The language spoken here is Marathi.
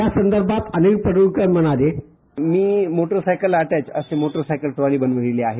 या संदर्भात अनिल पड़ळकर म्हणाले मी मोटरसायकल अॅटॅच असे मोटरसायकल ट्रॉली बनवलेली आहे